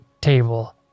Table